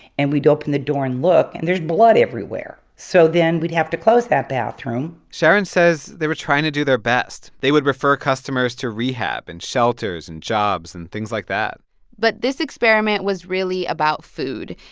and we'd open the door and look, and there's blood everywhere. so then we'd have to close that bathroom sharon says they were trying to do their best. they would refer customers to rehab and shelters and jobs and things like that but this experiment was really about food.